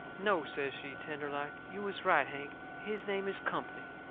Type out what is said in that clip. no, says she, tender-like, you was right, hank. his name is company.